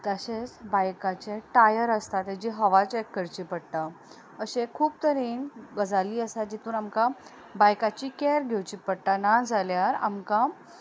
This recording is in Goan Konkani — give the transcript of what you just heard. तशेंच बायकाचे टायर आसता तेजी हवा चॅक करची पडटा अशे खूब तरेन गजाली आसा जितून आमकां बायकाची कॅर घेवची पडटा नाजाल्यार आमकां